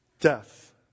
death